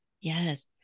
Yes